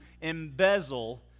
embezzle